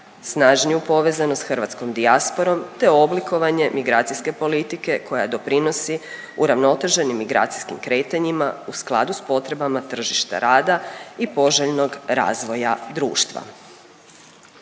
snažniju povezanost s hrvatskom dijasporom te oblikovanje migracijske politike koja doprinosi uravnoteženim migracijskim kretanjima u skladu s potrebama tržišta rada i poželjnog razvoja društva.